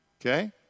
Okay